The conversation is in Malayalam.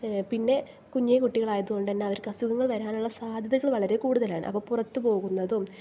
പിന്നെ കുഞ്ഞുകുട്ടികളായതു കൊണ്ട് തന്നെ അവർക്ക് അസുഖങ്ങൾ വരാനുള്ള സാദ്ധ്യതകൾ വളരെ കൂടുതലാണ് അപ്പം പുറത്തു പോകുന്നതും